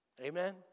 Amen